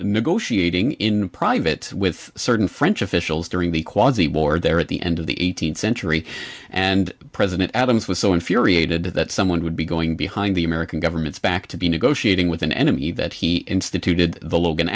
negotiating in private with certain french officials during the quasi war there at the end of the eighteenth century and president adams was so infuriated that someone would be going behind the american government back to be negotiating with an enemy that he instituted the logan